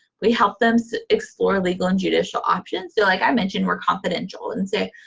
we help them so explore legal and judicial options. so, like i mentioned, we're confidential. and so,